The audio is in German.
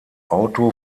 auto